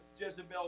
Jezebel